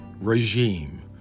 regime